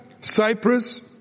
Cyprus